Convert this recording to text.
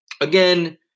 Again